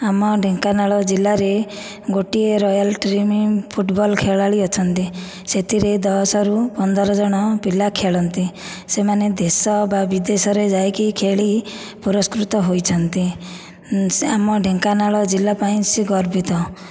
ଆମ ଢେଙ୍କାନାଳ ଜିଲ୍ଲାରେ ଗୋଟିଏ ରୟାଲ ଟିମ୍ ଫୁଟବଲ୍ ଖେଳାଳି ଅଛନ୍ତି ସେଥିରେ ଦଶରୁ ପନ୍ଦର ଜଣ ପିଲା ଖେଳନ୍ତି ସେମାନେ ଦେଶ ବା ବିଦେଶରେ ଯାଇକି ଖେଳି ପୁରସ୍କୃତ ହୋଇଛନ୍ତି ଆମ ଢେଙ୍କାନାଳ ଜିଲ୍ଲା ପାଇଁ ସିଏ ଗର୍ବିତ